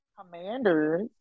Commanders